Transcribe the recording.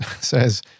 says